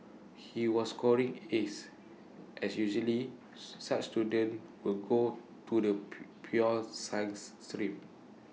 he was scoring as as usually such students will go to the pure science stream